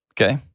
Okay